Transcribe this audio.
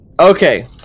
Okay